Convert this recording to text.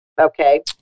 Okay